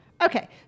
Okay